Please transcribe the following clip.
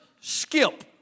skip